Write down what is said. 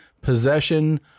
possession